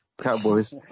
Cowboys